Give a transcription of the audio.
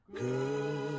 Good